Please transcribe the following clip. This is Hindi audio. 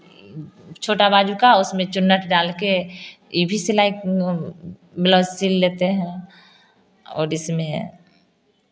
छोटा बाजू का उसमें चुन्नट डाल कर यह भी सिलाई ब्लाउज सिल लेते हैं और इसमें